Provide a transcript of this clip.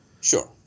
Sure